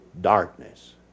darkness